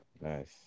nice